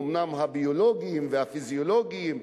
אומנם הביולוגיים והפיזיולוגיים,